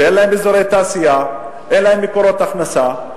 אין להם אזורי תעשייה, אין להם מקורות הכנסה,